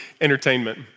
entertainment